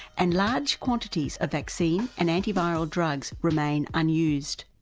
and large quantities of vaccine and antiviral drugs remain unused.